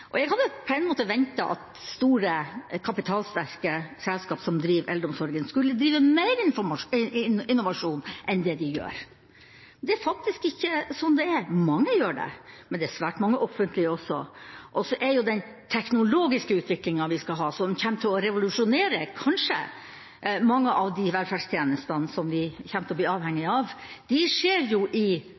Jeg hadde på en måte ventet at store, kapitalsterke selskap som driver eldreomsorgen, skulle drive med mer innovasjon enn det de gjør. Det er faktisk ikke sånn det er. Mange gjør det, men det er svært mange offentlige også. Når det gjelder den teknologiske utviklingen vi skal ha, som kommer til å revolusjonere – kanskje – mange av de velferdstjenestene som vi kommer til å bli avhengig av, skjer den i